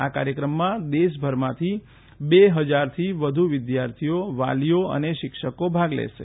આ કાર્યક્રમમાં દેશભરમાંથી બે હજારથી વધુ વિદ્યાર્થીઓ વાલીઓ અને શિક્ષકો ભાગ લેશે